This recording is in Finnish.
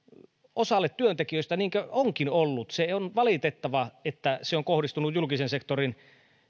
osalle työntekijöistä niin kuin onkin ollut se on valitettavaa että on kohdistunut julkisen sektorin